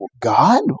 god